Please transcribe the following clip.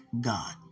God